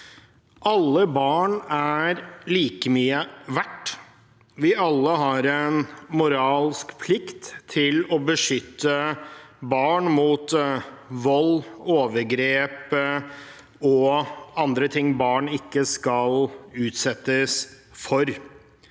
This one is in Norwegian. Alle barn er like mye verdt. Vi har alle en moralsk plikt til å beskytte barn mot vold, overgrep og andre ting barn ikke skal utsettes for.